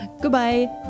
Goodbye